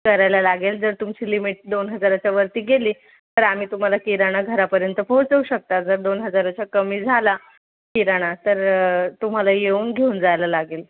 करायला लागेल जर तुमची लिमिट दोन हजाराच्यावरती गेली तर आम्ही तुम्हाला किराणा घरापर्यंत पोहोचवू शकतो जर दोन हजाराच्या कमी झाला किराणा तर तुम्हाला येऊन घेऊन जायला लागेल